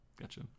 gotcha